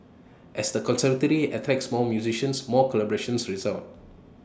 as the conservatory attacks more musicians more collaborations result